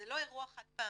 זה לא אירוע חד פעמי,